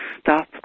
stop